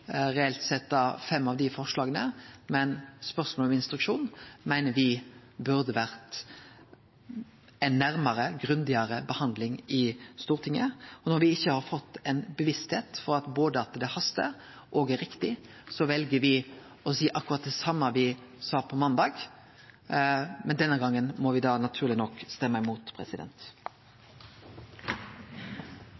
reelt sett fem av punkta i lovforslaget, men spørsmålet om instruksjon meiner me burde vore gitt ei grundigare behandling i Stortinget. Men når me ikkje har fått ei bevisstheit om at det hastar og er riktig, vel me å seie akkurat det same som me sa på måndag, men denne gongen må me da naturleg nok stemme imot.